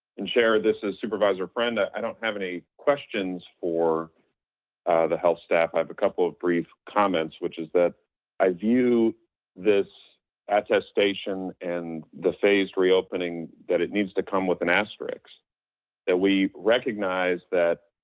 and share this as supervisor friend, ah i don't have any questions for the health staff. i have a couple of brief comments, which is that i view this attestation and the phased reopening that it needs to come with an asterisks that we recognize that